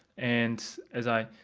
and as i